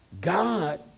God